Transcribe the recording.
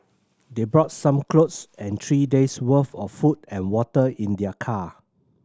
they brought some clothes and three days' worth of food and water in their car